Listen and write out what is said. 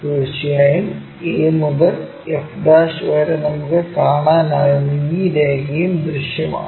തീർച്ചയായും a മുതൽ f' നമുക്ക് കാണാനാകുന്ന ഈ രേഖയും ദൃശ്യമാണ്